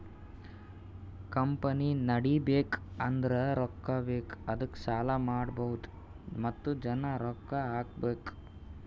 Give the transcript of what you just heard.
company ನಡಿಬೇಕ್ ಅಂದುರ್ ರೊಕ್ಕಾ ಬೇಕ್ ಅದ್ದುಕ ಸಾಲ ಮಾಡ್ಬಹುದ್ ಮತ್ತ ಜನ ರೊಕ್ಕಾ ಹಾಕಬೇಕ್